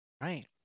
Right